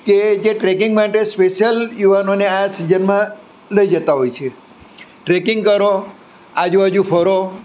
કે જે ટ્રેકિંગ માટે સ્પેશિયલ યુવાનોને આ સિઝનમાં લઈ જતાં હોય છે ટ્રેકિંગ કરો આજુબાજુ ફરો